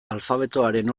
alfabetoaren